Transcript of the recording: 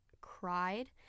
cried